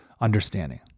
understanding